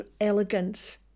elegance